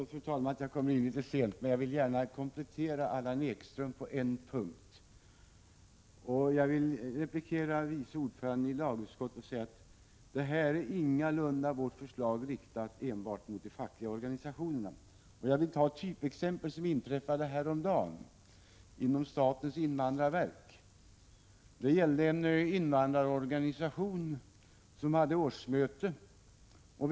Fru talman! Jag vill gärna komplettera Allan Ekströms anförande på en punkt, och jag vill replikera vice ordföranden i lagutskottet genom att säga följande. Vårt förslag är ingalunda riktat mot de fackliga organisationerna. Jag vill ta ett typexempel och redogöra för en händelse som inträffade häromdagen inom statens invandrarverk. Det gällde en invandrarorganisation som hade årsmöte.